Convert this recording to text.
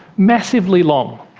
massively long,